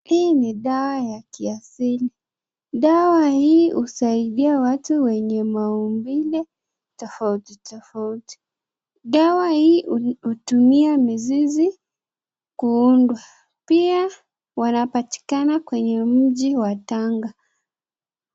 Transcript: Hii ni dawa ya kiasili, dawa hii husaidia watu wenye maumbile tofauti tofauti. Dawa hii hutumia mizizi kuundwa pia wanapatikana kwenye mji wa tanga.